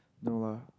no lah